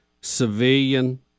civilian